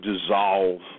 dissolve